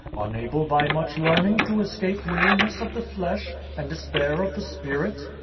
unable by much learning to escape weariness of the flesh and despair of the spirit?